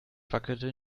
fackelte